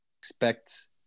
expect